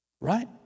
right